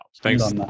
thanks